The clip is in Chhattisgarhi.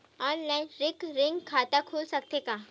ऑनलाइन रिकरिंग खाता खुल सकथे का?